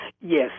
Yes